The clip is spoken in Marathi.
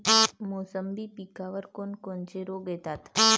मोसंबी पिकावर कोन कोनचे रोग येतात?